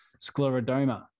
sclerodoma